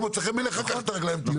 לא מוצא חן בעיניך - קח את הרגליים ותלך.